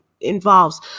involves